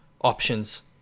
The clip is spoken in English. options